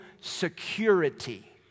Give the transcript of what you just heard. security